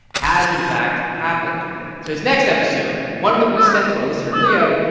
has, in fact, happened. so this next episode, one that we sent to our listener leo,